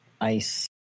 ice